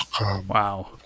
Wow